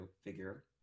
figure